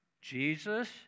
Jesus